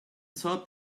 sort